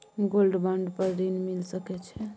Gold bond पर ऋण मिल सके छै?